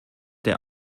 der